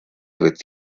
with